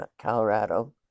Colorado